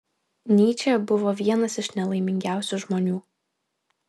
nyčė buvo vienas iš nelaimingiausių žmonių